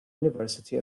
university